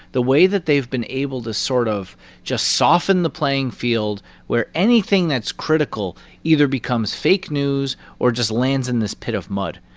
the way that they've been able to sort of just soften the playing field where anything that's critical either becomes fake news or just lands in this pit of mud.